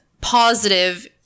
positive